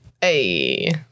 Hey